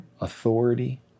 authority